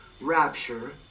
rapture